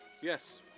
Yes